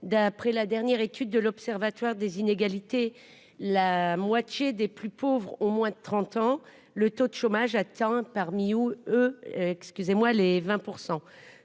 d'après la dernière étude de l'Observatoire des inégalités, la moitié des plus pauvres au moins 30 ans le taux de chômage atteint, parmi eux, eux,